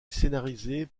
scénarisé